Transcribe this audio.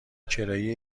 کرایه